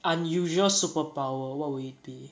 unusual superpower what will it be